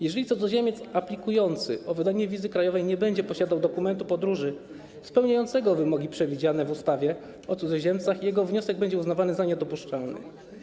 Jeżeli cudzoziemiec aplikujący o wydanie wizy krajowej nie będzie posiadał dokumentu podróży spełniającego wymogi przewidziane w ustawie o cudzoziemcach, jego wniosek będzie uznawany za niedopuszczalny.